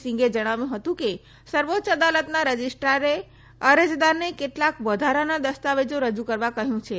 સિંગે જણાવ્યું હતું કે સર્વોચ્ય અદાલતના રજીસ્ટારે અરજદારને કેટલાંક વધારાના દસ્તાવેજો રજૂ કરવા કહ્યું છે